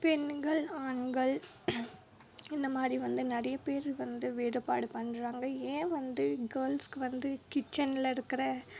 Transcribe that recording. பெண்கள் ஆண்கள் இந்த மாதிரி வந்து நிறைய பேர் வந்து வேறுபாடு பண்ணுறாங்க ஏன் வந்து கேர்ள்ஸுக்கு வந்து கிச்சனில் இருக்கிற